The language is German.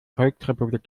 volksrepublik